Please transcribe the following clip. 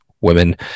women